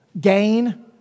gain